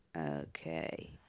Okay